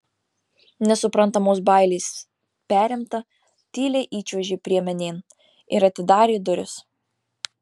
nesuprantamos bailės perimta tyliai įčiuožė priemenėn ir atidarė duris